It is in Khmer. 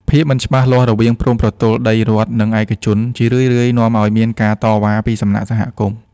ភាពមិនច្បាស់លាស់រវាងព្រំប្រទល់ដីរដ្ឋ និងដីឯកជន ជារឿយៗនាំឱ្យមានការតវ៉ាពីសំណាក់សហគមន៍។